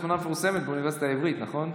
יש את התמונה המפורסמת באוניברסיטה העברית, נכון?